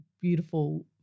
beautiful